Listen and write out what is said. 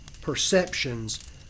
perceptions